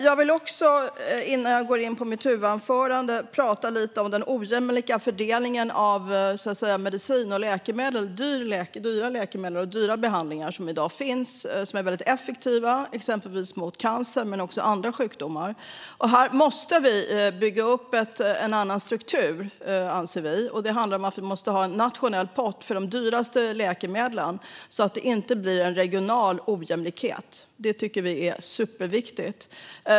Jag vill också, innan jag går in på mitt huvudanförande, prata lite om den ojämlika fördelningen av dyra mediciner och läkemedel och dyra behandlingar som är effektiva mot exempelvis cancer men också andra sjukdomar. Här måste vi bygga upp en annan struktur, anser vi i Vänsterpartiet. Vi måste ha en nationell pott för de dyraste läkemedlen så att det inte blir en regional ojämlikhet. Det tycker vi är superviktigt.